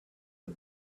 the